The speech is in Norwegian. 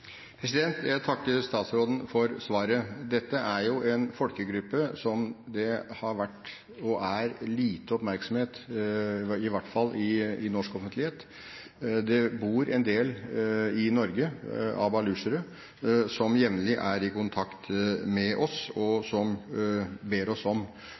Jeg takker statsråden for svaret. Dette er en folkegruppe som det har vært, og er, lite oppmerksomhet rundt i hvert fall i norsk offentlighet. Det bor en del balutsjere i Norge som jevnlig er i kontakt med oss, og som ber oss om